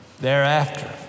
thereafter